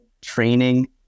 training